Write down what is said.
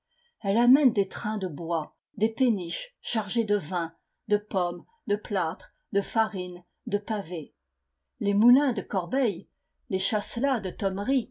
elle amène des trains de bois des péniches chargées de vins de pommes de plâtre de farines de pavés les moulins de corbeil les chasselas de